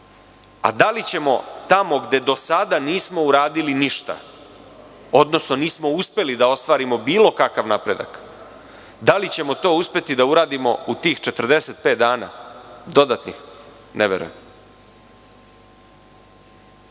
A da li ćemo tamo gde do sada nismo uradili ništa, odnosno nismo uspeli da ostvarimo bilo kakav napredak, da li ćemo to uspeti da uradimo u tih 45 dana dodatnih, ne verujem.